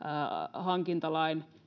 hankintalain